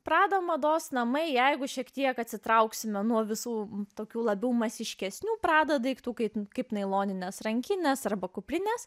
prada mados namai jeigu šiek tiek atsitrauksime nuo visų tokių labiau masiškesnių prada daiktų kaip kaip nailonines rankines arba kuprines